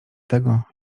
tego